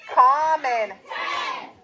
common